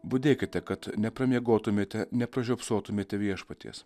budėkite kad nepramiegotumėte nepražiopsotumėte viešpaties